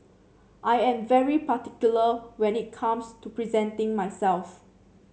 I am very particular when it comes to presenting myself